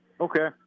Okay